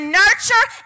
nurture